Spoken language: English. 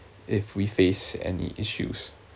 if we face any issues